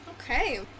Okay